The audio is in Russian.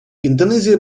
индонезия